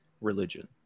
religion